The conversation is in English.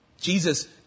Jesus